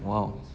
!wow!